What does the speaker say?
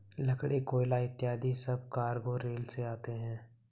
लकड़ी, कोयला इत्यादि सब कार्गो रेल से आते हैं